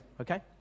Okay